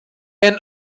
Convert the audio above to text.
and